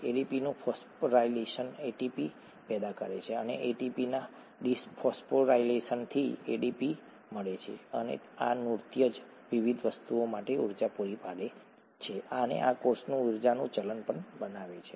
એડીપીનું phosphorylation ATP પેદા કરે છે અને એટીપી ના ડિફોસ્ફોરાયલેશનથી એડીપી મળે છે અને આ નૃત્ય જ વિવિધ વસ્તુઓ માટે ઊર્જા પૂરી પાડે છે અને કોષમાં ઊર્જાનું ચલણ પણ બનાવે છે